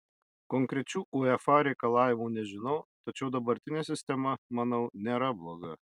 konkrečių uefa reikalavimų nežinau tačiau dabartinė sistema manau nėra bloga